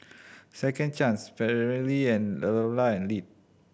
Second Chance Perllini and and Lindt